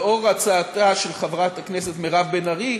לאור הצעתה של חברת הכנסת מירב בן ארי,